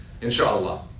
inshallah